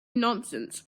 nonsense